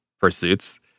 Pursuits